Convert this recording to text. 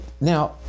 Now